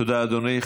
תודה רבה, אדוני.